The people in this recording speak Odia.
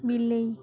ବିଲେଇ